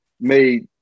made